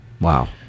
Wow